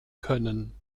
können